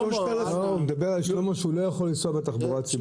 הוא מדבר על מי שלא יכול לנסוע בתחבורה הציבורית.